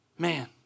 Man